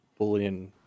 Boolean